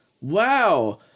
wow